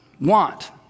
want